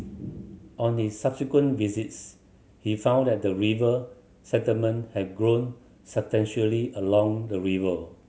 on his subsequent visits he found that the river settlement had grown substantially along the river